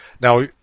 now